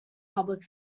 public